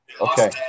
Okay